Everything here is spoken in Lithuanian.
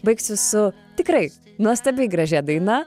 baigsiu su tikrai nuostabiai gražia daina